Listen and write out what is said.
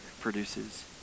produces